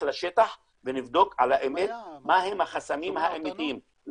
לשטח ונבדוק על אמת מה הם החסמים האמיתיים.